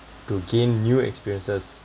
to gain new experiences